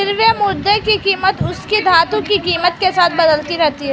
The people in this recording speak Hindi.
द्रव्य मुद्रा की कीमत उसकी धातु की कीमत के साथ बदलती रहती है